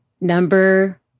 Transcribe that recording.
Number